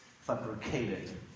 fabricated